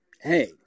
hey